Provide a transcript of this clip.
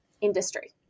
industry